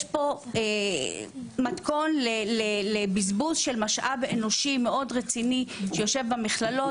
יש פה מתכון לבזבוז של משאב אנושי מאוד רציני שיושב במכללות.